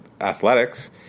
Athletics